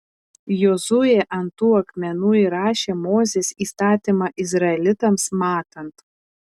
jozuė ant tų akmenų įrašė mozės įstatymą izraelitams matant